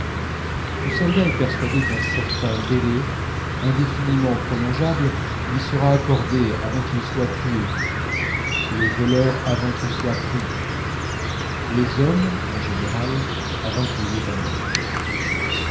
le soldat est persuadé qu'un certain délai indéfiniment prolongeable lui sera accordé avant qu'il soit tué le voleur avant qu'il soit pris les hommes en général avant qu'ils aient à mourir